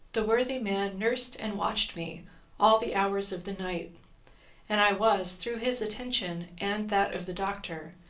the worthy man nursed and watched me all the hours of the night and i was, through his attention and that of the doctor,